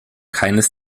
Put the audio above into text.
keines